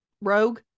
rogue